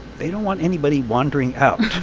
they don't want anybody wandering out